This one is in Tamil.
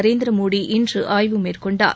நரேந்திரமோடி இன்று ஆய்வு மேற்கொண்டார்